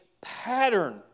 pattern